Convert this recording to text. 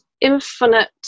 infinite